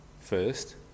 First